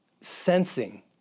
sensing